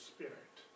Spirit